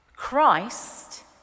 Christ